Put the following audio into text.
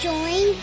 Join